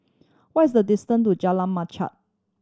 what is the distance to Jalan Machang